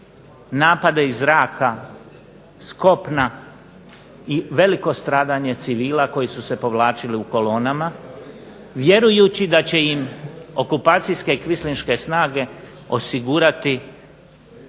napade iz zraka, s kopna i veliko stradanje civila koji su se povlačili u kolonama, vjerujući da će im okupacijske kvislinške snage osigurati